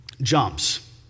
jumps